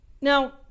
Now